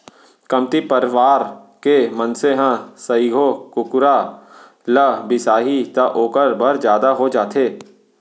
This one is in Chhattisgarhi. कमती परवार के मनसे ह सइघो कुकरा ल बिसाही त ओकर बर जादा हो जाथे